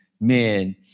men